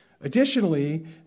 Additionally